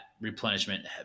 replenishment